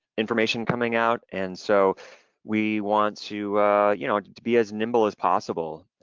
information coming out and so we want to you know to be as nimble as possible.